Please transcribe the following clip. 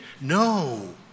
No